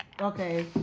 Okay